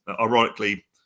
Ironically